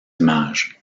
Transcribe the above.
images